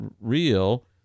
real